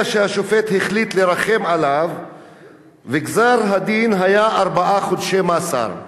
אלא שהשופט החליט לרחם עליו וגזר-הדין היה ארבעה חודשי מאסר.